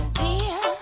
dear